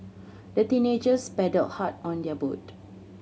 the teenagers paddled hard on their boat